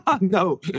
No